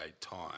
time